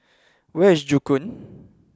where is Joo Koon